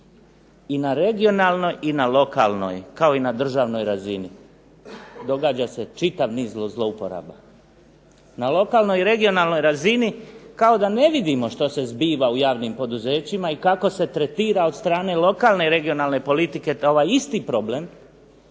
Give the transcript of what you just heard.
i na regionalnoj i na lokalnoj kao i na državnoj razini događa se čitav niz zlouporaba. Na lokalnoj i regionalnoj razini kao da ne vidimo što se zbiva u javnim poduzećima i kako se tretira od strane lokalne i regionalne politike ovaj isti problem